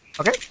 Okay